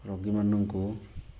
ରୋଗୀମାନଙ୍କୁ